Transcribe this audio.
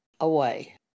away